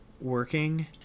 working